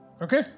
Okay